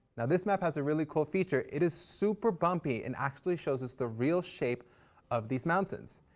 now, this map has a really cool feature. it is super bumpy and actually shows us the real shape of these mountains.